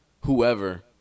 whoever